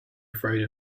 afraid